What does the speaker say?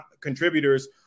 contributors